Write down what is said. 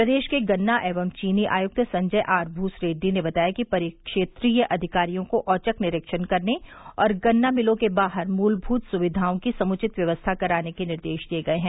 प्रदेश के गन्ना एवं चीनी आयुक्त संजय आर भूसरेड्डी ने बताया कि परिक्षेत्रीय अधिकारियों को औचक निरीक्षण करने और गन्ना मिलों के बाहर मूलभूत सुविधाओं की समुचित व्यवस्था कराने के निर्देश दिये गये हैं